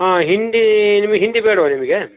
ಹಾಂ ಹಿಂಡಿ ನಿಮಗೆ ಹಿಂಡಿ ಬೇಡವಾ ನಿಮಗೆ